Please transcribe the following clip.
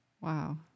Wow